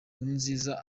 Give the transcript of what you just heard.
nkurunziza